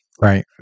Right